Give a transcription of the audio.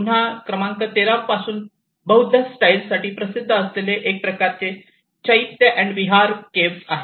पुन्हा क्रमांक 13 पासून बौद्ध स्टाईलसाठी प्रसिद्ध असलेले एक प्रकारचे चैत्य अँड विहार आहेत